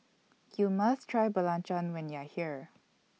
YOU must Try Belacan when YOU Are here